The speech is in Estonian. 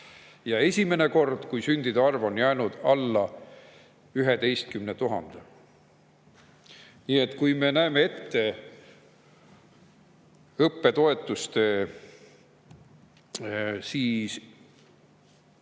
ja esimene kord, kui sündide arv on jäänud alla 11 000.Nii et kui me näeme ette õppe[laenude]